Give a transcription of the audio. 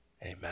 Amen